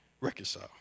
reconcile